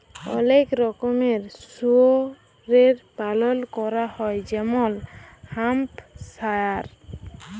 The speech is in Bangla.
অলেক রকমের শুয়রের পালল ক্যরা হ্যয় যেমল হ্যাম্পশায়ার